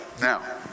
Now